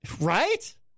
Right